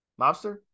Mobster